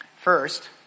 First